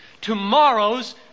tomorrow's